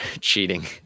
cheating